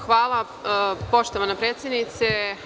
Hvala, poštovana predsednice.